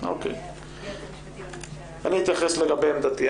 זה לא --- אני אתייחס לגבי עמדתי.